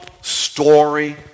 story